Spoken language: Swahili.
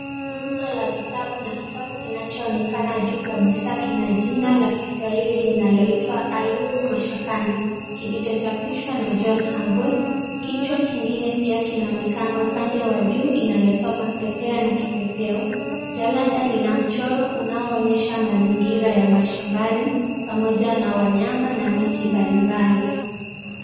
Rundo la vitabu na kitabu kinachoonekana juu kabisa kina jina la kiswahili linaloitwa Ayubu Mashakani kilichochapishwa na John Hagwe. Kichwa kingine pia kinaonekana upande wa juu inayosoma Pepea na Kipepeo. Jalada lina mchoro unaoonyesha mazingira ya mashambani, pamoja na wanyama na miti mbalimbali.